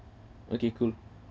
okay cool